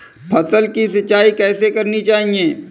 फसल की सिंचाई कैसे करनी चाहिए?